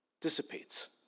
dissipates